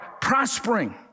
prospering